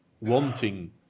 wanting